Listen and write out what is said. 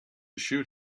shoot